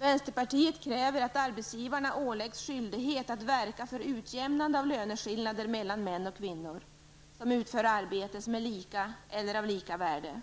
Vänsterpartiet kräver att arbetsgivarna åläggs skyldighet att verka för utjämnade av löneskillnader mellan män och kvinnor som utför arbete som är lika eller av lika värde.